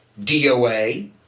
DOA